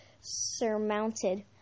surmounted